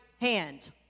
hand